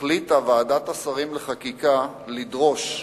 החליטה ועדת השרים לחקיקה לדרוש,